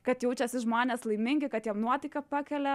kad jaučiasi žmonės laimingi kad jiem nuotaiką pakelia